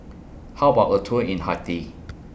How about A Tour in Haiti